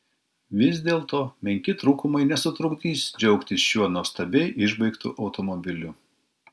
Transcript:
vis dėlto menki trūkumai nesutrukdys džiaugtis šiuo nuostabiai išbaigtu automobiliu